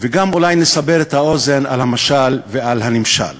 וגם אולי נסבר את האוזן על המשל ועל הנמשל.